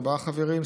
ארבעה חברים,